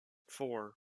four